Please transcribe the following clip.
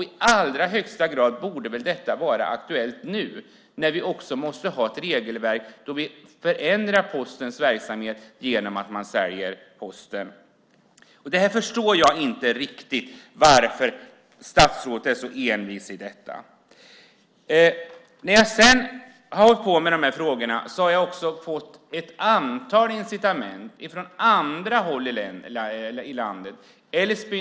I allra högsta grad borde detta vara aktuellt nu, när vi måste ha ett regelverk då vi förändrar Postens verksamhet genom att Posten säljs. Jag förstår inte riktigt varför statsrådet är så envis med detta. När jag har hållit på med de här frågorna har jag fått ett antal indikationer från andra håll i landet.